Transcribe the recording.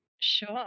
Sure